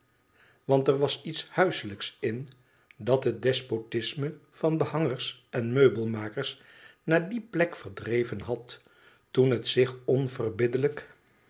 want er was iets huiselijks in dat het despotisme van behangers en meubelmakers naar die plek verdreven had toen het zich onverbiddelijk